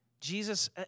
Jesus